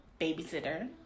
babysitter